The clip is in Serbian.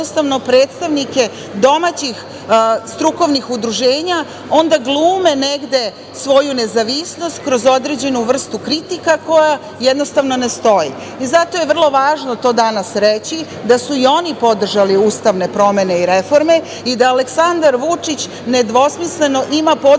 predstavnike domaćih strukovnih udruženja onda glume negde svoju nezavisnost kroz određenu vrstu kritike koja jednostavno ne stoji. Zato je vrlo važno to danas reći da su i oni podržali ustavne promene i reforme i da Aleksandar Vučić nedvosmisleno ima podršku